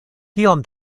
kiom